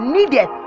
Needed